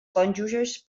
cònjuges